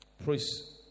Praise